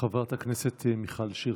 חברת הכנסת מיכל שיר